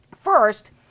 First